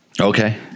Okay